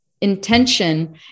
intention